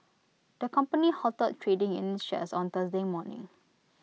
the company halted trading in its shares on Thursday morning